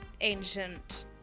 ancient